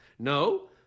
No